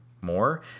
more